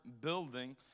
building